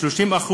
30%,